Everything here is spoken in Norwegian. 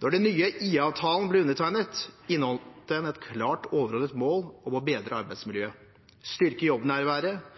Da den nye IA-avtalen ble undertegnet, inneholdt den et klart overordnet mål om å bedre arbeidsmiljøet, styrke jobbnærværet,